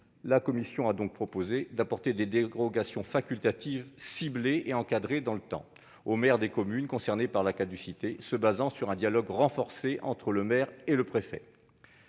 La commission a donc proposé d'apporter des dérogations facultatives, ciblées et encadrées dans le temps aux maires des communes concernées par la caducité, en se basant sur un dialogue renforcé entre le maire et le préfet.